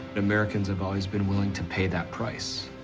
americans have always been willing to pay that price,